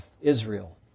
Israel